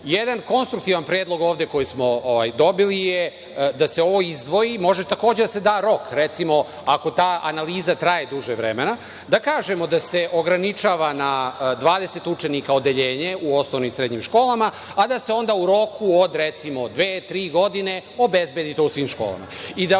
Jedan konstruktivan predlog ovde koji smo dobili je da se ovo izdvoji. Može takođe da se da rok. Recimo, ako ta analiza traje duže vremena, da kažemo da se ograničava na 20 učenika po odeljenju u osnovnim i srednjim školama, a da se onda u roku od, recimo, dve, tri godine obezbedi to u svim školama. Da